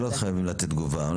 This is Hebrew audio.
הם לא חייבים לתת תגובה.